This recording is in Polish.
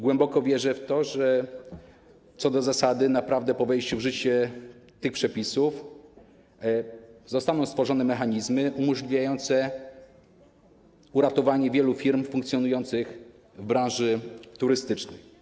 Głęboko wierzę w to, że co do zasady naprawdę po wejściu w życie tych przepisów zostaną stworzone mechanizmy umożliwiające uratowanie wielu firm funkcjonujących w branży turystycznej.